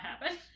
happen